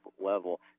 level